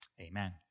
Amen